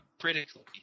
critically